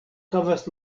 havas